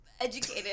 educated